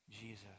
Jesus